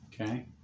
Okay